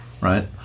right